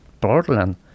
Portland